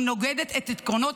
עצרתי את השעון,